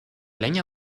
leña